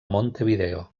montevideo